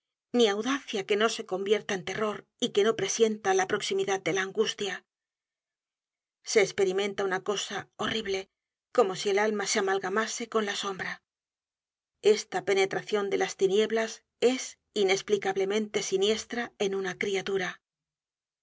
ni audacia que no se convierta en terror y que no presienta la proximidad de la angustia se esperimenta una cosa horrible como si el alma se amalgamase con la sombra esta penetracion de las tinieblas es inesplicablemente siniestra en una criatura